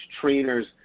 trainers